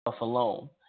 alone